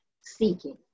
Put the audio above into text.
seeking